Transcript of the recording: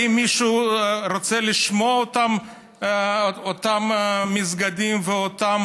האם מישהו רוצה לשמוע את אותם מסגדים ואותם